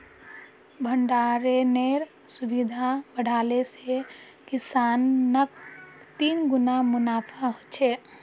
भण्डरानेर सुविधा बढ़ाले से किसानक तिगुना मुनाफा ह छे